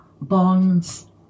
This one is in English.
bonds